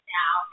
now